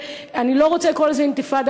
אני לא רוצה לקרוא לזה אינתיפאדה,